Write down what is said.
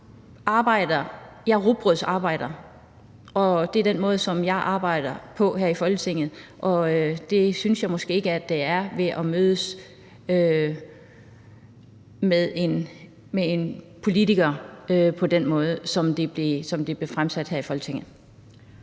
Jeg rugbrødsarbejder, og det er den måde, som jeg arbejder på her i Folketinget, og det synes jeg måske ikke det er ved at mødes med en politiker på den måde, som det blev fremstillet her i Folketinget.